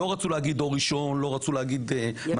לא רצו להגיד דור ראשון ולא רצו להגיד מאפיינים,